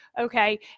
okay